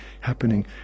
happening